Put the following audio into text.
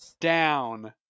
Down